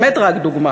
באמת רק דוגמה,